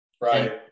Right